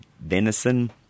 venison